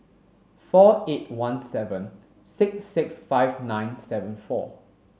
four eight one seven six six five nine seven four